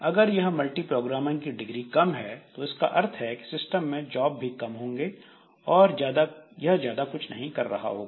अगर यह मल्टीप्रोग्रामिंग की डिग्री कम है तो इसका अर्थ है कि सिस्टम में जॉब भी कम होंगे और यह ज्यादा कुछ नहीं कर रहा होगा